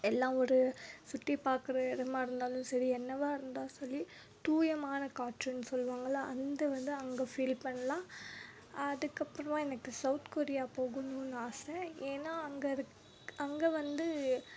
எல்லா ஊரும் சுற்றி பாக்கிற இடமா இருந்தாலும் சரி என்னவாக இருந்தாலும் சரி தூயமான காற்றுன்னு சொல்வாங்கள்ல அதை வந்து அங்கே ஃபீல் பண்ணலாம் அதுக்கு அப்புறம் எனக்கு சவுத்கொரியா போகணும்னு ஆசை ஏன்னா அங்கே அதுக்கு அங்கே வந்து